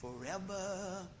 Forever